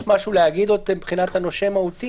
יש עוד משהו להגיד מבחינת "הנושה המהותי",